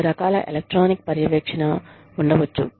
వివిధ రకాల ఎలక్ట్రానిక్ పర్యవేక్షణ ఉండవచ్చు